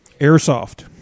Airsoft